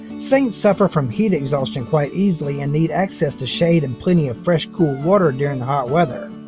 saints suffer from heat exhaustion quite easily and need access to shade and plenty of fresh, cool water during hot weather.